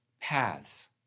paths